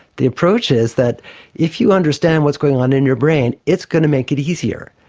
the approach is that if you understand what's going on in your brain, it's going to make it easier.